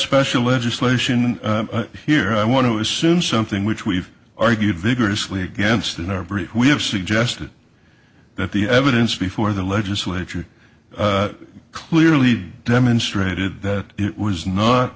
special legislation here i want to assume something which we've argued vigorously against in our brief we have suggested that the evidence before the legislature clearly demonstrated that it was not